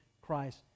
Christ